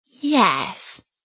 Yes